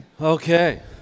Okay